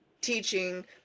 teaching